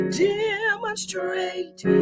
demonstrate